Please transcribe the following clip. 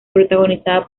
protagonizada